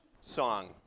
song